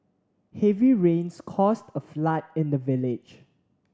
heavy rains caused a flood in the village